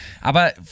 Aber